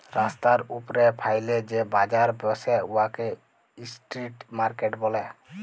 রাস্তার উপ্রে ফ্যাইলে যে বাজার ব্যসে উয়াকে ইস্ট্রিট মার্কেট ব্যলে